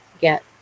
get